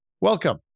welcome